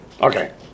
Okay